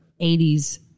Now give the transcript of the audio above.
80s